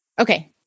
Okay